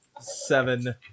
seven